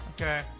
Okay